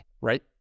right